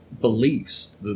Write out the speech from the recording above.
beliefs